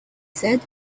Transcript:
said